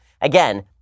Again